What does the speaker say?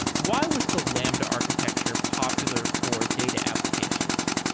why was the lambda architecture popular for data applications?